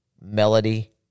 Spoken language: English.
melody